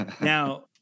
Now